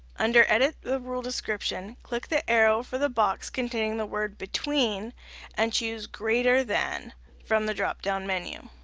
under edit the rule description click the arrow for the box containing the word between and choose greater than from the drop-down menu.